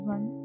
One